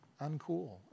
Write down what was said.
uncool